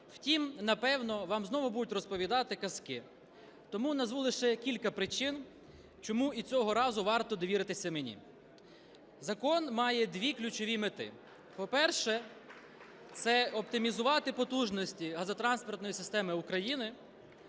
Втім, напевно, вам знову будуть розповідати казки. Тому назву лише кілька причин, чому і цього разу варто довіритися мені. Закон має дві ключові мети. По-перше, це оптимізувати потужності газотранспортної системи України